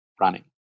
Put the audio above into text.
running